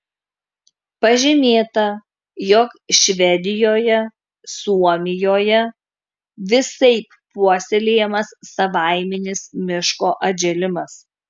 pažymėta jog švedijoje suomijoje visaip puoselėjamas savaiminis miško atžėlimas